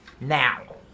Now